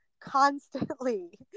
constantly